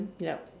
yup